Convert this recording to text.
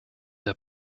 der